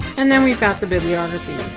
and, then, we've got the bibliography.